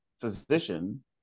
physician